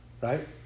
right